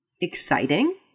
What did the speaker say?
exciting